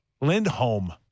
Lindholm